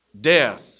death